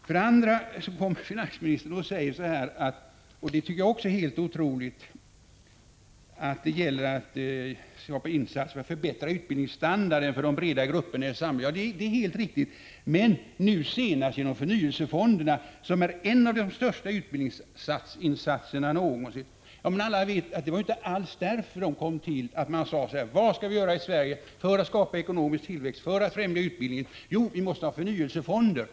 Vidare säger finansministern — och även det är helt otroligt — att det gäller att skapa insatser för att förbättra utbildningsstandarden för de breda grupperna i samhället. Det är i och för sig helt riktigt, men alla vet att de senast införda fonderna, förnyelsefonderna, som är en av de största utbildningsinsatserna någonsin, inte alls tillkom för att främja utbildningen. Det gick inte alls till så att man frågade: Vad skall vi i Sverige göra för att skapa ekonomisk tillväxt och för att främja utbildningen? — Jo, vi måste ha förnyelsefonder!